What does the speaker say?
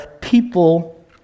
people